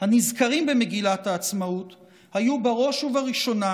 הנזכרים במגילת העצמאות היו בראש ובראשונה